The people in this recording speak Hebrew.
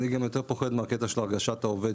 אני גם יותר פוחד מהקטע של הרגשת העובד,